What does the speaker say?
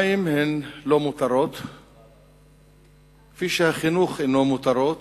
המים הם לא מותרות, כפי שהחינוך אינו מותרות,